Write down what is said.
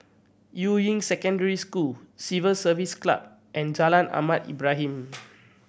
Yuying Secondary School Civil Service Club and Jalan Ahmad Ibrahim